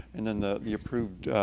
and then the the approved,